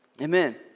Amen